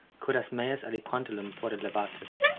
curas meas aliquantulum fore levatas.